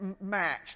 match